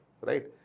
right